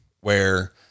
where-